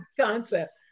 concept